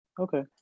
okay